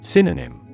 Synonym